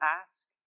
ask